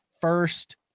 first